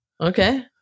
Okay